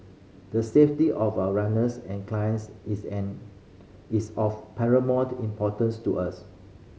the safety of our runners and clients is an is of paramount importance to us